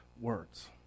words